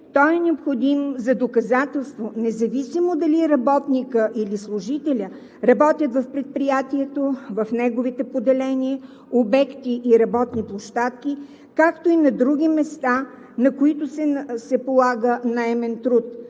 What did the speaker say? той е необходим за доказателство, независимо дали работникът или служителят работят в предприятието, в неговите поделения, обекти и работни площадки, както и на други места, на които се полага наемен труд